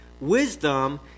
wisdom